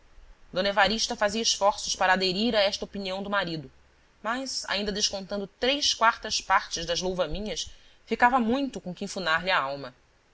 d evarista fazia esforços para aderir a esta opinião do marido mas ainda descontando três quartas partes das louvaminhas ficava muito com que enfunar lhe a alma